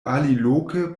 aliloke